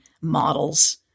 models